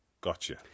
Gotcha